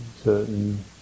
Certain